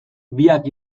biak